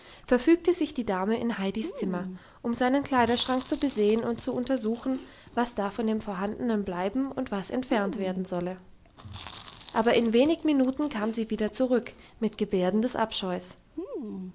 verfügte sich die dame in heidis zimmer um seinen kleiderschrank zu besehen und zu untersuchen was da von dem vorhandenen bleiben und was entfernt werden solle aber in wenig minuten kam sie wieder zurück mit gebärden des abscheus